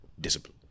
discipline